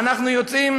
אנחנו יוצאים